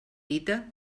dita